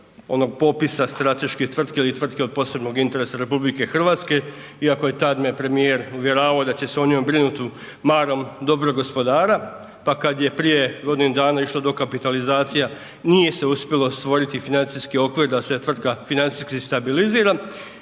onog popisa strateških tvrtki ili tvrtki od posebnog interesa RH iako me je tad me premijer uvjeravao da će se o njemu brinut marom dobrog gospodara. Pa kad je prije godinu dana išlo dokapitalizacija nije se uspjelo stvoriti financijski okvir da se tvrtka financijski stabilizira.